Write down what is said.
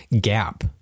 gap